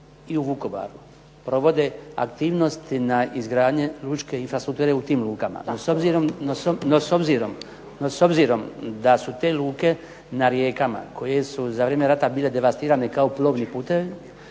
i u Vukovaru provode aktivnosti na izgradnji lučke infrastrukture u tim lukama. No s obzirom da su te luke na rijekama koje su za vrijeme rata bile devastirane kao plovni putevi,